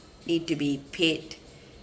need to be paid